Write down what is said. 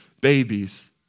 babies